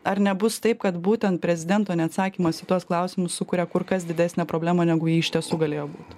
ar nebus taip kad būtent prezidento neatsakymas į tuos klausimus sukuria kur kas didesnę problemą negu ji iš tiesų galėjo būt